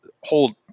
hold